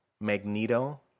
Magneto